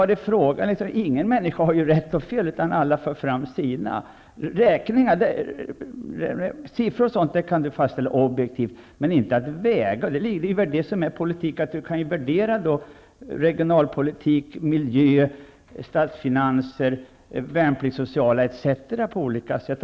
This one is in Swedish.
Ingen har alltså rätt eller fel i sådana här frågor, utan alla för fram sina värderingar. Siffror och sådant kan man fastställa objektivt, men värderingar kan inte göras objektivt. Det är det som är politik -- man kan värdera regionalpolitik, miljö, statsfinanser, värnpliktssociala faktorer etc. på olika sätt.